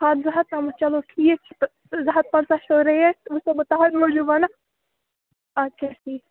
ہَتھ زٕ ہتھ تامتھ چَلو ٹھیٖک چھُ تہٕ زٕ ہتھ پنٛژاہ چھَو ریٹ وۄنۍ چھِسو بہٕ تُہنٛدِ موٗجوٗب ونان اَدٕ کیٛاہ ٹھیٖک